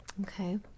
Okay